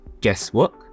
guesswork